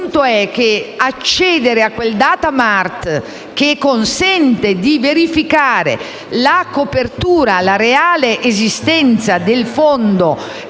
Il punto è che accedere al *data mart* che consente di verificare la copertura e la reale esistenza del fondo